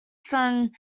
son